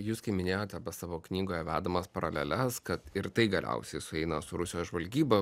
jūs kaip minėjote savo knygoje vedamas paraleles kad ir tai galiausiai sueina su rusijos žvalgyba